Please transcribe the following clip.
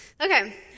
okay